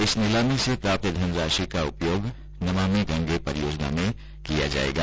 इस नीलामी से प्राप्त धनराशि का उपयोग नमामि गंगे परियोजना में किया जायेगा